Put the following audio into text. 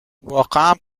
واقعا